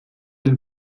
den